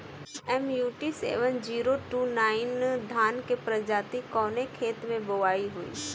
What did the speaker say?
MUT seven zero two nine धान के प्रजाति कवने खेत मै बोआई होई?